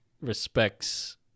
respects